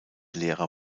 lehrer